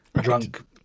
drunk